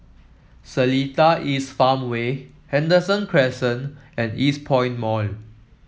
Seletar East Farmway Henderson Crescent and Eastpoint Mall